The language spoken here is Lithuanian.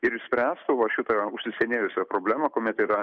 ir išspręstų va šitą užsisenėjusią problemą kuomet yra